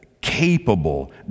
capable